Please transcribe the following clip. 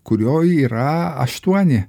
kurioj yra aštuoni